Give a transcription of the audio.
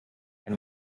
ein